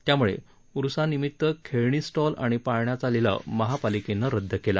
त्यामुळे उरुसानिमित खेळणी स्टॉल आणि पाळण्याचा लिलाव महापालिकेनं रदद केला